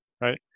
right